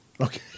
Okay